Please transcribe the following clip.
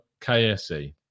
KSE